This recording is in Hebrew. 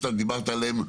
שאתה דיברת עליהן,